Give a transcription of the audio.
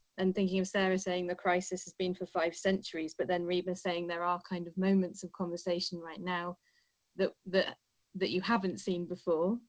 and thinking of sarah saying the crisis has been for five centuries. but then rima, saying, there are kind of moments of conversation right now the the that you haven't seen before,